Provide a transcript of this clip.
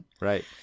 right